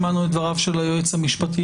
שמענו את דבריו של היועץ המשפטי